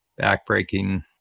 backbreaking